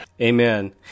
Amen